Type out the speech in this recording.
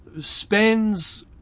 spends